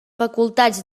facultats